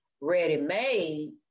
ready-made